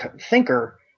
thinker